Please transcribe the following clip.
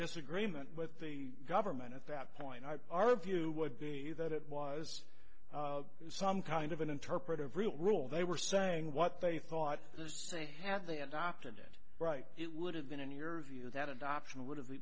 disagreement with the government at that point our view would be that it was some kind of an interpretive real rule they were saying what they thought this they had they adopted it right it would have been in your view that adoption would